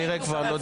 נודיע.